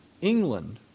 England